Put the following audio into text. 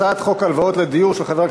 הצעת חוק הלוואות לדיור (תיקון,